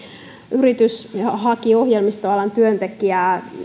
yritys haki ohjelmistoalan työntekijää